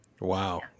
wow